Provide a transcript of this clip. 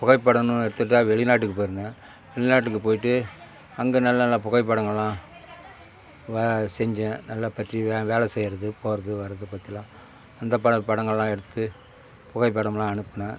புகைப்படம்னு ஒன்று எடுத்துகிட்டா வெளிநாட்டுக்கு போய்ருந்தேன் வெளிநாட்டுக்கு போய்ட்டு அங்கே நல்ல நல்ல புகைப்படங்கள்லாம் செஞ்சேன் நல்லா பற்றி வேலை செய்யுறது போகிறது வர்றது பத்திலாம் அந்த படம் படங்கள்லாம் எடுத்து புகைப்படம்லாம் அனுப்பினேன்